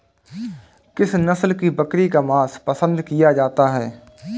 किस नस्ल की बकरी का मांस पसंद किया जाता है?